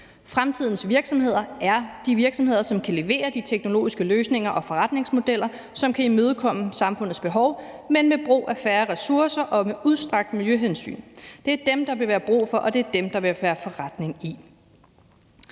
Fremtidens virksomheder er de virksomheder, som kan levere de teknologiske løsninger og forretningsmodeller, som kan imødekomme samfundets behov, men med brug af færre ressourcer og med udstrakte miljøhensyn. Det er dem, der vil være brug for, og det er dem, der vil være forretning i.